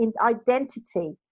identity